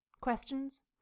questions